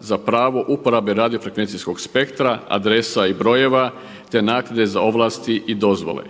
za pravo uporabe radio-frekvencijskog spektra, adresa i brojeva, te naknade za ovlasti i dozvole.